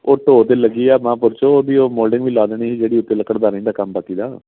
ਓ ਢੋਅ ਤਾਂ ਲੱਗੀ ਹੈ ਮਹਾਂ ਪੁਰਸ਼ੋ ਉਹਦੀ ਉਹ ਮੋਲਡਿੰਗ ਵੀ ਲਾ ਦੇਣੀ ਸੀ ਜਿਹੜੀ ਇੱਕ ਲੱਕੜ ਦਾ ਰਹਿੰਦਾ ਕੰਮ ਬਾਕੀ ਦਾ